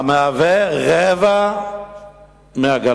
המהווה רבע מהגליל.